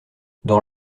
dans